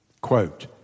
Quote